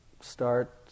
start